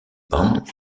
band